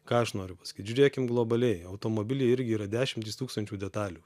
ką aš noriu pasakyt žiūrėkim globaliai automobily irgi yra dešimtys tūkstančių detalių